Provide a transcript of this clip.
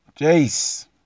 Jace